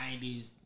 90s